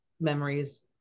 memories